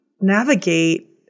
navigate